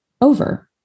over